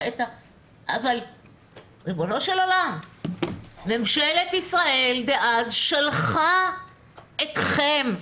ריבונו של עולם, ממשלת ישראל דאז שלחה אתכם,